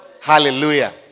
Hallelujah